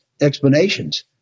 explanations